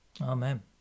Amen